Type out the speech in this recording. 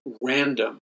random